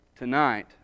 Tonight